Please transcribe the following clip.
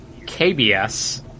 KBS